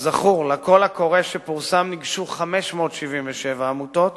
כזכור, לקול קורא שפורסם ניגשו 577 עמותות,